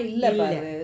இல்ல:illa